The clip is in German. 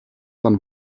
man